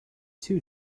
two